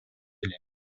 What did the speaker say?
элем